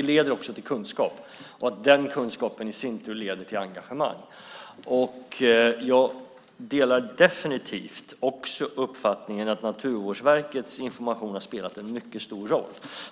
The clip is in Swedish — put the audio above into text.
leder till kunskap och att den kunskapen i sin tur leder till engagemang. Jag delar definitivt också uppfattningen att Naturvårdsverkets information har spelat en mycket stor roll.